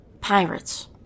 Pirates